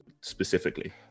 specifically